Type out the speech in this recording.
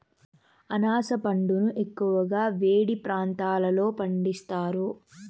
అనాస పండును ఎక్కువగా వేడి ప్రాంతాలలో పండిస్తారు